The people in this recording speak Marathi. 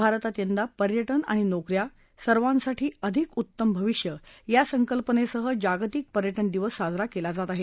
भारतात यंदा पर्यटन आणि नोकऱ्या सर्वांसाठी अधिक उत्तम भविष्य या संकल्पनेसह जागतिक पर्यटन दिवस साजरा केला जात आहे